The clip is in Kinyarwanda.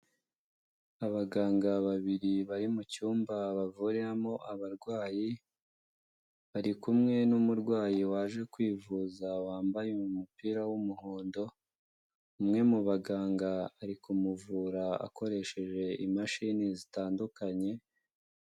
Abaganga babiri bari mu cyumba bavuriramo abarwayi, bari kumwe n'umurwayi waje kwivuza wambaye umupira w'umuhondo, umwe mu baganga ari kumuvura akoresheje imashini zitandukanye.